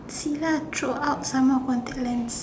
see lah throw out some more contact lens